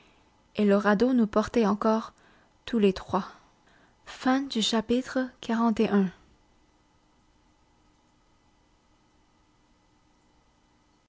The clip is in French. et le radeau nous portait encore tous les trois xlii